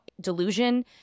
delusion